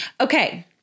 Okay